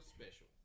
special